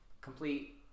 Complete